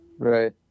right